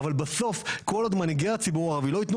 אבל בסוף, כל עוד מנהיגי הציבור הערבי לא יתנו